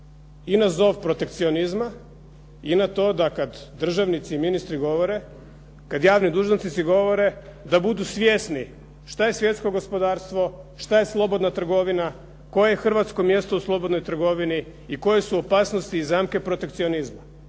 i na zov protekcionizma i na to da kad državnici i ministri govore, kad javni dužnosnici govore, da budu svjesni što je svjetsko gospodarstvo, što je slobodna trgovina, koje je hrvatsko mjesto u slobodnoj trgovini i koje su opasnosti i zamke protekcionizma.